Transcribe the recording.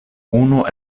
unu